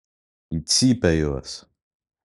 į cypę juos